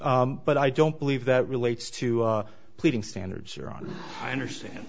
ok but i don't believe that relates to pleading standards or on i understand